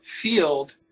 field